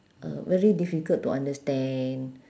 uh very difficult to understand